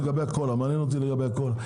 מעניין אותי לגבי הקולה.